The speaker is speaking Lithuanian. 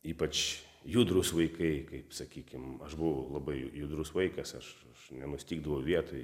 ypač judrūs vaikai kaip sakykim aš buvau labai judrus vaikas aš aš nenustygdavau vietoj